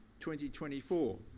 2024